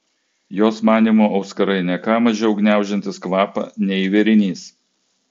jos manymu auskarai ne ką mažiau gniaužiantys kvapą nei vėrinys